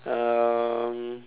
um